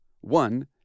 One